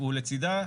לצידה,